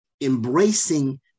embracing